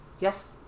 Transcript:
yes